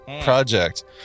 project